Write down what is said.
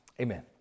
Amen